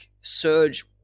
surge